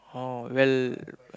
oh well